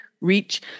reach